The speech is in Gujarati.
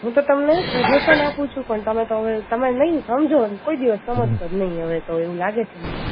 હું તો તમને શજેશન આપું છું પણ તમે તો હવે તમે નહીં સમજો કોઈ દિવસ સમજશો જ નહીં હવે તો એવું લાગે છે મને